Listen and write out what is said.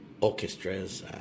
Orchestras